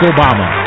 Obama